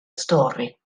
stori